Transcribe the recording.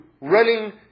running